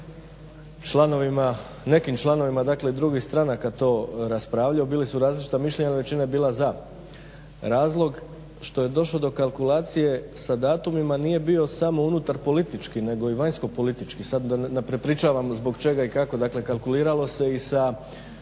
nekim članovima dakle drugih stranaka, to raspravljaju. Bila su različita mišljenja, ali većina je bila za. Razlog što je došlo do kalkulacije sa datumima nije bio samo unutar politički, nego i vanjsko politički sad da ne prepričavam zbog čega i kako. Dakle, kalkuliralo se i sa datumima